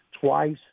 twice